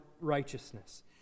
righteousness